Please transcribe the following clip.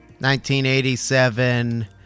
1987